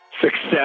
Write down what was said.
success